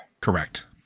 Correct